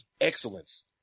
excellence